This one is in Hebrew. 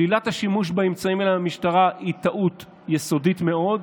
שלילת השימוש באמצעים האלה למשטרה היא טעות יסודית מאוד.